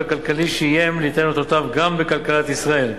כלכלי שאיים ליתן אותותיו גם בכלכלת ישראל.